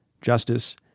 Justice